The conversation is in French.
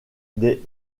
des